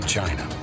China